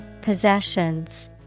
Possessions